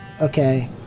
Okay